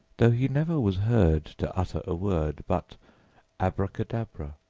though he never was heard to utter a word but abracadabra,